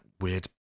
weird